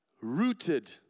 Rooted